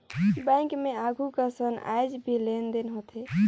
bank मे आघु कसन आयज भी लेन देन होथे